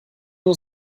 nur